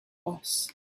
boss